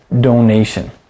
donation